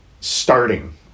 starting